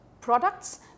products